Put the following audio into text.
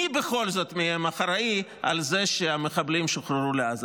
מי מהם בכל זאת אחראי על זה שהמחבלים שוחררו לעזה.